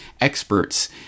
experts